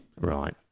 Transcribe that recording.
Right